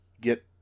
get